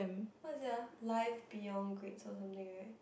what is it ah life beyond grades or something right